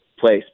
place